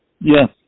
yes